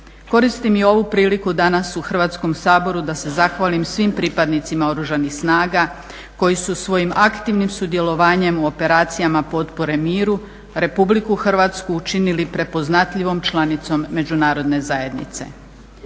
Koristim i ovu priliku danas u Hrvatskom saboru da se zahvalim svim pripadnicima Oružanih snaga koji su svojim aktivnim sudjelovanjem u operacijama potpore miru Republiku Hrvatsku učinili prepoznatljivom članicom međunarodne zajednice.